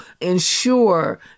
ensure